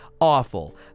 awful